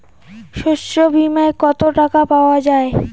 শস্য বিমায় কত টাকা পাওয়া যায়?